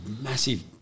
massive